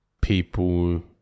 People